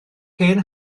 hen